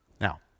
Now